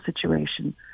situation